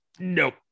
Nope